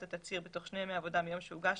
התצהיר בתוך שני ימי עבודה מיום שהוגש